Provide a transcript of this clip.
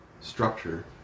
structure